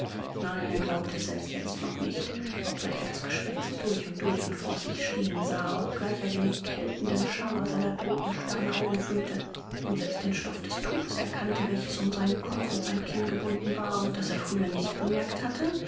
nein er glaubte es selbst jetzt noch nicht obgleich er das gespenst durch und durch und vor sich stehen sah obgleich er den kältenden schauer seiner totenstarren augen fühlte und selbst den stoff des tuches erkannte welches um seinen kopf und sein kinn gebunden war und das er früher nicht bemerkt hatte